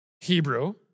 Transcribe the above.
Hebrew